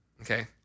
okay